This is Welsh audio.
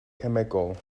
cemegol